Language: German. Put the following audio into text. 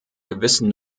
gewissen